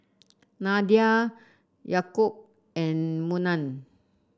Nadia Yaakob and Munah